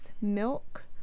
milk